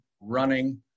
running